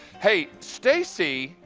hey, stacy,